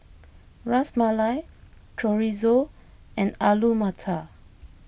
Ras Malai Chorizo and Alu Matar